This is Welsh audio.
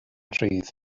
rhydd